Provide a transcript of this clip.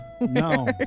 no